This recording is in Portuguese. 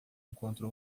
enquanto